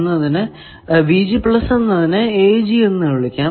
എന്നതിനെ എന്ന് വിളിക്കാം